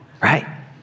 right